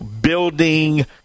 building